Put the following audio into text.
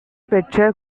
பெற்ற